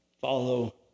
follow